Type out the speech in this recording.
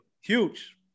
huge